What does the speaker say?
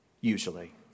Usually